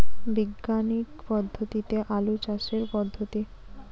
বিজ্ঞানিক পদ্ধতিতে আলু চাষের পদ্ধতি?